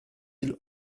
îles